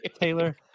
Taylor